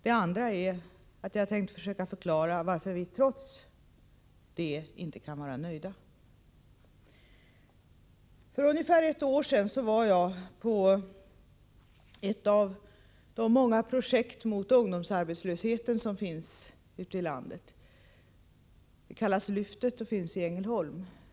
Det andra är att jag tänkte försöka förklara varför vi trots det inte kan vara nöjda. För ungefär ett år sedan var jag på ett av många projekt mot ungdomsarbetslösheten som finns ute i landet. Det kallas Lyftet och finns i Ängelholm.